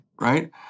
right